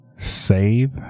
Save